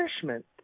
punishment